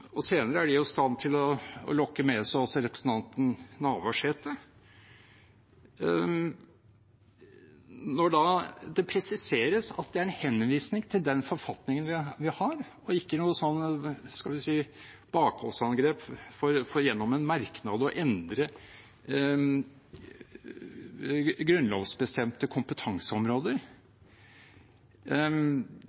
og presiserer at det er en henvisning til den forfatningen vi har, og ikke noe bakholdsangrep for gjennom en merknad å endre grunnlovbestemte kompetanseområder. Det er